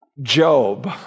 Job